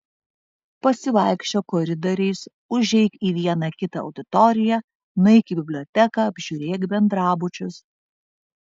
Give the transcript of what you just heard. pasivaikščiok koridoriais užeik į vieną kitą auditoriją nueik į biblioteką apžiūrėk bendrabučius